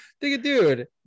dude